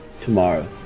tomorrow